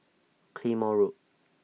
Claymore Road